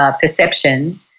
perception